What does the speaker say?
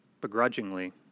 begrudgingly